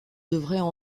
devraient